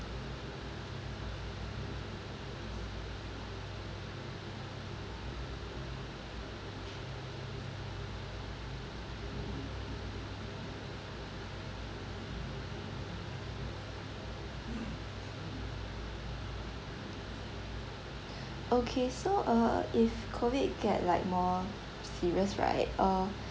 okay so uh if COVID get like more serious right uh